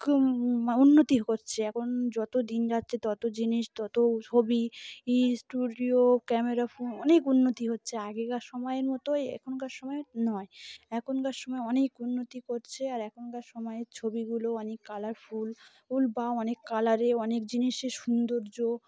উন্নতি করছে এখন যত দিন যাচ্ছে তত জিনিস তত ছবি ই স্টুডিও ক্যামেরা ফোন অনেক উন্নতি হচ্ছে আগেকার সময়ের মতো এখনকার সময় নয় এখনকার সময় অনেক উন্নতি করছে আর এখনকার সময়ের ছবিগুলো অনেক কালারফুল ফুল বা অনেক কালারে অনেক জিনিসের সৌন্দর্য